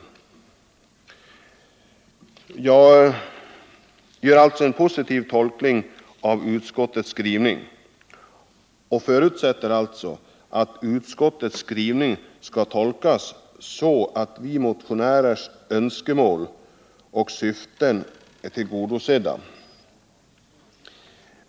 Jag gör en positiv tolkning av utskottets skrivning och förutsätter alltså att de önskemål som framförts av oss motionärer blir tillgodosedda.